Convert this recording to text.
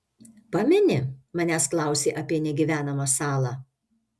pameni manęs klausei apie negyvenamą salą